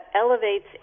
elevates